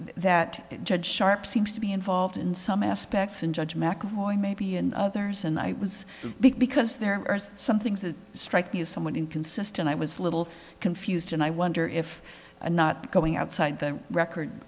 that judge sharp seems to be involved in some aspects and judge mcevoy maybe and others and i was big because there are some things that strike me as somewhat inconsistent i was little confused and i wonder if i'm not coming outside the record